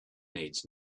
needs